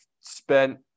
spent